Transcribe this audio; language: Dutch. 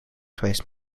geweest